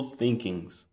thinkings